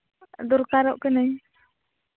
ᱫᱨᱠᱟᱨᱚᱜ ᱠᱟᱹᱱᱟᱹᱧ